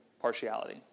partiality